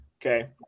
Okay